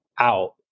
out